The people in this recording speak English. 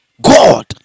God